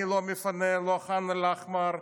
אני לא מפנה את ח'אן אל-אחמר,